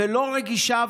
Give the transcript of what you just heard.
ולא רגישה,